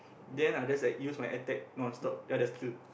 then I just like use my attack non stop then I just kill